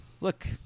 look